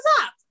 up